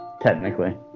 technically